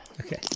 Okay